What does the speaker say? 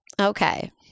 Okay